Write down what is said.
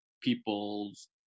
people's